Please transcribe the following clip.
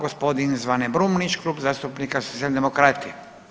Gospodin Zvane Brumnić Klub zastupnika Socijaldemokrati.